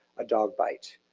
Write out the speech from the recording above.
a dog bite.